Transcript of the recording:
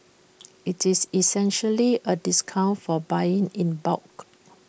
IT is essentially A discount for buying in bulk